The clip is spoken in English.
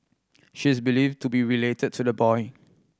she is believed to be related to the boy